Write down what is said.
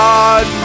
God